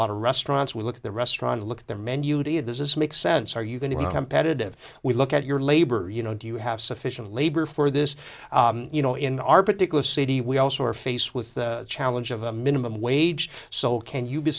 lot of restaurants we look at the restaurant look at their menu did this make sense are you going to be a competitive we look at your labor you know do you have sufficient labor for this you know in our particular city we also are faced with the challenge of a minimum wage so can you be